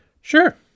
sure